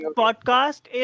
podcast